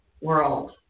world